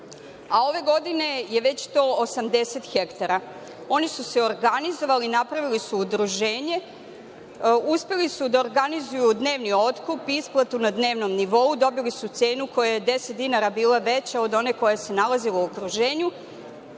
a ove godine je već to 80 hektara. Oni su se organizovali i napravili su udruženje. Uspeli su da organizuju dnevni otkup i isplatu na dnevnom nivou, dobili su cenu koja je deset dinara bila veća od one koja se nalazila u okruženju.